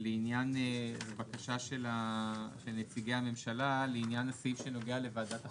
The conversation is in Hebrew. לעניין הבקשה של נציגי הממשלה לעניין הסעיף שנוגע לוועדת החריגים.